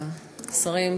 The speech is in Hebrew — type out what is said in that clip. השרים,